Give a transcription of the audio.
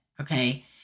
Okay